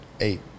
eight